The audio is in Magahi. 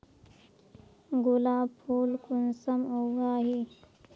गुलाब फुल कुंसम उगाही?